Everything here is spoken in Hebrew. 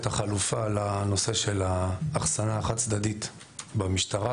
החלופה לנושא של האחסנה החד צדדית במשטרה,